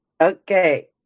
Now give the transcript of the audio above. Okay